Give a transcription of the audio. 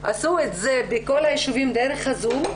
עשו את זה בכל היישובים דרך הזום,